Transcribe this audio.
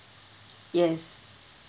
yes